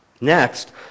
Next